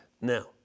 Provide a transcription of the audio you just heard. Now